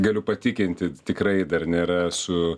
galiu patikinti tikrai dar nėra su